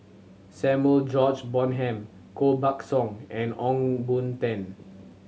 Samuel George Bonham Koh Buck Song and Ong Boon Tan